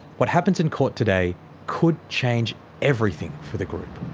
what happens in court today could change everything for the group.